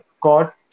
got